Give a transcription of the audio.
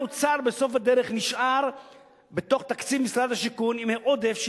האוצר בסוף הדרך נשאר בתוך תקציב משרד השיכון עם עודף של